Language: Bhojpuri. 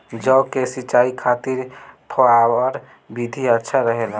जौ के सिंचाई खातिर फव्वारा विधि अच्छा रहेला?